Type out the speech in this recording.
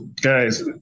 guys